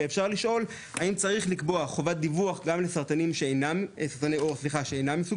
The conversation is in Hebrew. אפשר לשאול האם צריך לקבוע חובת דיווח גם לסרטני עור שאינם מסוג